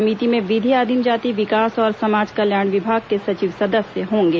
समिति में विधि आदिम जाति विकास और समाज कल्याण विभाग के सचिव सदस्य होंगे